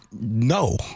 No